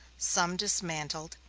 some dismantled,